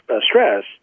stress